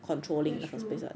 that is true